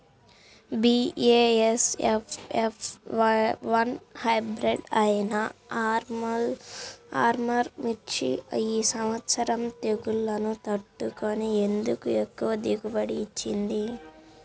BASF F one hybrid అయినా ఆర్ముర్ మిర్చి ఈ సంవత్సరం తెగుళ్లును తట్టుకొని ఎందుకు ఎక్కువ దిగుబడి ఇచ్చింది?